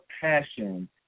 passion